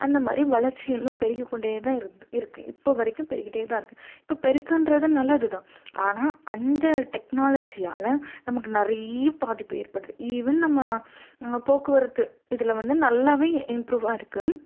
அந்தமாதிரி வளர்ச்சி இன்னும் பெருகிக் கொண்டேதான் இருந்து இருக்குது இப்போ வரைக்கும் பெருகிட்டேதான் இருக்குது இப்போ பெருக்கன்றது நல்லதுதான் ஆனால் அந்த டெக்னாலஜியால் நமக்கு நிறைய பாதிப்பு ஏற்படுது ஈவென் நம்ம நம்ம போக்குவரத்து இதில் வந்து நல்லாவே இம்ப்ரூவாக இருக்குது